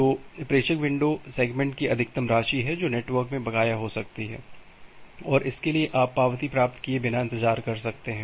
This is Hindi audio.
तो प्रेषक विंडो सेगमेंट की अधिकतम राशि है जो नेटवर्क में बकाया हो सकती है और इसके लिए आप पावती प्राप्त किए बिना इंतजार कर सकते हैं